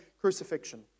crucifixion